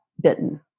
bitten